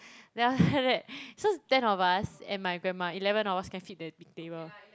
then after that so ten of us and my grandma eleven of us can fit the big table